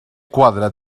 quadre